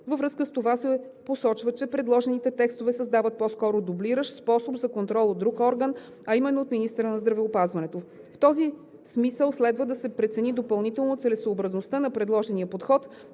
Във връзка с това се посочва, че предложените текстове създават по-скоро дублиращ способ за контрол от друг орган, а именно от министъра на здравеопазването. В този смисъл следва да се прецени допълнително целесъобразността на предложения подход,